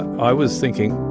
i was thinking,